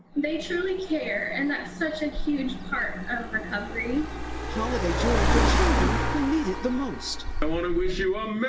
they truly care and that's such a huge part of recovery reporter holiday joy for children who need it the most. i want to wish you